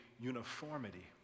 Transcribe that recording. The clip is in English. uniformity